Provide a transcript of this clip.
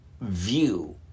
view